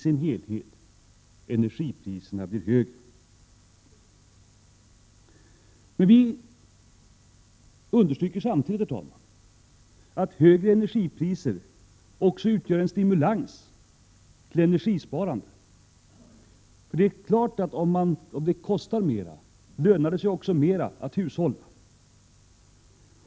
Vi understryker, herr talman, att högre energipriser utgör en stimulans till energisparande, för det är klart att om energin kostar mera, lönar det sig mera att hushålla.